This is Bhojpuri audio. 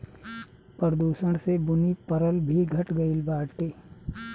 प्रदूषण से बुनी परल भी घट गइल बाटे